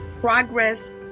progress